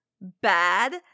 bad